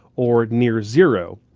or near zero.